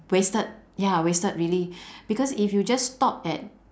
wasted ya wasted really because if you just stop at